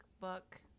book